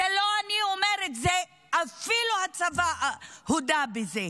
את זה לא אני אומרת, אפילו הצבא הודה בזה.